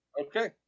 Okay